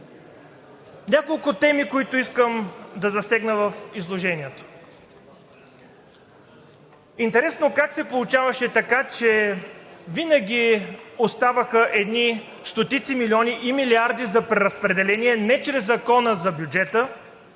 Няколко теми, които искам да засегна в изложението. Интересно как се получаваше така, че винаги оставаха едни стотици милиони и милиарди за преразпределение не чрез Закона за бюджета,